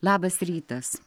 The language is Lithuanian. labas rytas